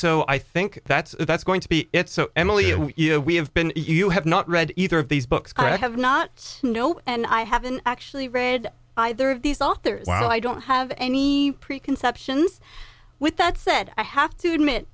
so i think that's that's going to be so emily you know we have been you have not read either of these books i have not you know and i haven't actually read either of these authors while i don't have any preconceptions with that said i have to admit